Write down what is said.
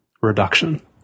reduction